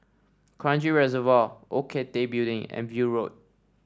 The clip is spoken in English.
Kranji Reservoir Old Cathay Building and View Road